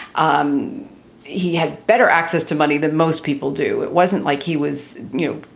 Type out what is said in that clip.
um he had better access to money than most people do. it wasn't like he was new,